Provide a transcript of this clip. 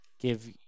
give